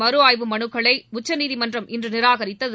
மறுஆய்வு மனுக்களை உச்சநீதிமன்றம் இன்று நிராகரித்தது